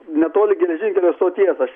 netoli geležinkelio stoties aš